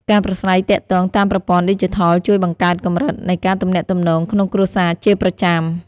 ការប្រាស្រ័យទាក់ទងតាមប្រព័ន្ធឌីជីថលជួយបង្កើតកម្រិតនៃការទំនាក់ទំនងក្នុងគ្រួសារជាប្រចាំ។